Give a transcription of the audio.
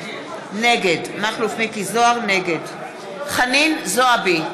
נגד חנין זועבי,